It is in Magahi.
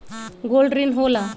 गोल्ड ऋण की होला?